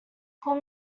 call